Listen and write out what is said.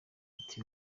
ati